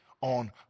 on